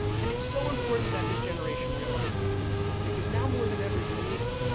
and it's so important that this generation realizes that because now more than ever you're needed.